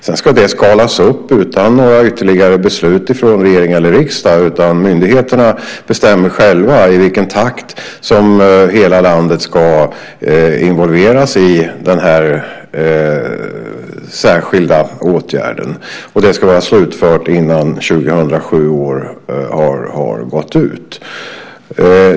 Sedan ska antalet öka utan några ytterligare beslut från regering eller riksdag. Myndigheterna bestämmer själva i vilken takt hela landet ska involveras i denna särskilda åtgärd. Detta ska vara slutfört före 2007 års utgång.